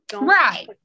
Right